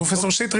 פרופ' שטרית,